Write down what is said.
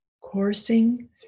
coursing